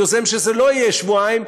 יוזם שזה לא יהיה שבועיים,